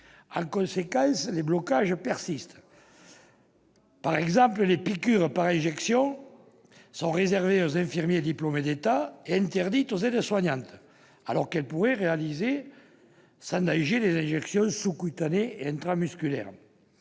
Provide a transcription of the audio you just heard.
En conséquence, les blocages persistent. Par exemple, les piqûres par injection sont réservées aux infirmiers diplômés d'État et interdites aux aides-soignantes, alors que celles-ci pourraient réaliser sans danger des injections sous-cutanées et intramusculaires.